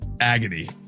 agony